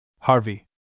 Harvey